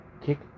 kick